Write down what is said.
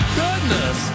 goodness